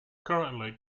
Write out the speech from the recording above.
currently